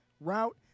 route